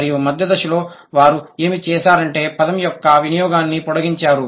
మరియు మధ్య దశలో వారు ఏమి చేసారంటే పదం యొక్క వినియోగాన్ని పొడిగించారు